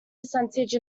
percentage